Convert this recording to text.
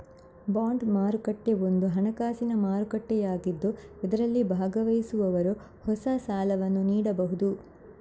bond ಮಾರುಕಟ್ಟೆ ಒಂದು ಹಣಕಾಸಿನ ಮಾರುಕಟ್ಟೆಯಾಗಿದ್ದು ಇದರಲ್ಲಿ ಭಾಗವಹಿಸುವವರು ಹೊಸ ಸಾಲವನ್ನು ನೀಡಬಹುದು